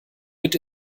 mit